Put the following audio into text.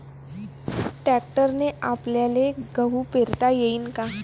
ट्रॅक्टरने आपल्याले गहू पेरता येईन का?